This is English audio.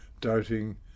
doubting